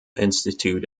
institute